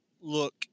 look